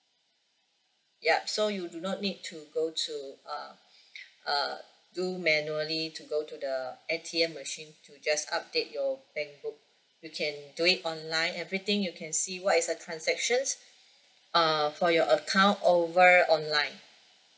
yup so you do not need to go to uh err do manually to go to the A_T_M machine to just update your bank book you can do it online everything you can see what is the transactions err for your account over online